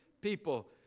people